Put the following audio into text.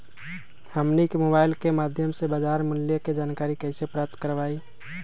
हमनी के मोबाइल के माध्यम से बाजार मूल्य के जानकारी कैसे प्राप्त करवाई?